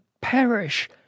perish